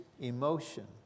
emotion